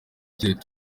icyizere